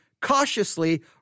cautiously